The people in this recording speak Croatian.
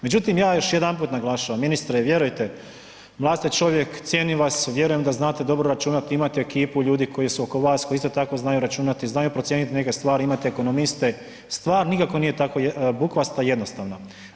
Međutim, ja još jedanput naglašavam, ministre, vjerujte, mlad ste čovjek, cijenim vas, vjerujem da znate dobro računati, imate ekipu ljudi koji su oko vas koji isto tako znaju računati, znaju procijeniti neke stvari, imate ekonomiste, stvar nikako nije tako bukvasta i jednostavna.